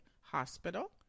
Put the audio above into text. Hospital